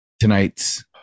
tonight's